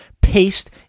paste